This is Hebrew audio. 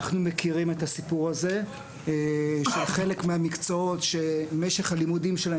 אנחנו מכירים את הסיפור הזה שחלק מהמקצועות משך הלימודים שלהם